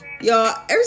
Y'all